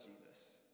Jesus